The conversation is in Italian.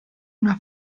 una